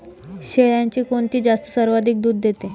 शेळ्यांची कोणती जात सर्वाधिक दूध देते?